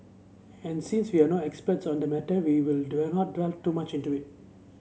and since we are no experts on the matter we will do not delve too much into it